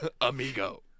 amigo